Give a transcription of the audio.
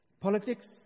Politics